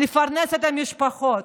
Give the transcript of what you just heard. לפרנס את המשפחות,